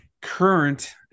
current